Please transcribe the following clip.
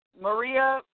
Maria